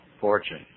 fortune